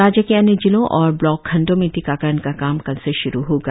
राज्य के अन्य जिलों और ब्लॉक खंडों में टीकाकरण का काम कल से शुरू होगा